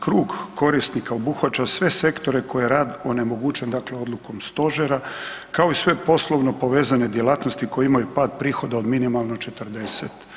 Krug korisnika obuhvaća sve sektore koje rad onemogućen dakle odlukom stožera kao i sve poslovno povezane djelatnosti koje imaju pad prihoda od minimalno 40%